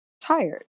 tired